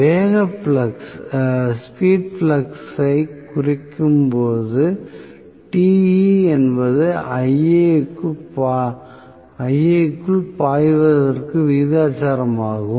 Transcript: வேக ஃப்ளக்ஸ் ஐ குறைக்கும்போது Te என்பது Ia க்குள் பாய்வதற்கு விகிதாசாரமாகும்